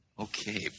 Okay